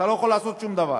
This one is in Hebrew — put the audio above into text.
אתה לא יכול לעשות שום דבר.